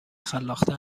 خلاقتر